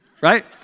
Right